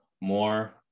more